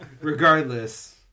Regardless